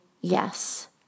yes